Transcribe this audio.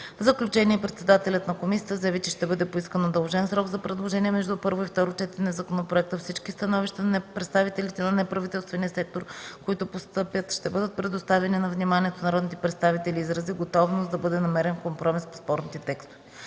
В заключение председателят на комисията заяви, че ще бъде поискан удължен срок за предложения между първо и второ четене на законопроекта, всички становища на представителите на неправителствения сектор, които постъпят ще бъдат предоставени на вниманието на народните представители и изрази готовност да бъде намерен компромис по спорните текстове.